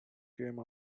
came